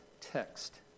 text